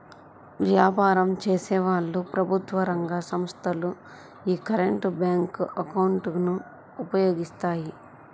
వ్యాపారం చేసేవాళ్ళు, ప్రభుత్వ రంగ సంస్ధలు యీ కరెంట్ బ్యేంకు అకౌంట్ ను ఉపయోగిస్తాయి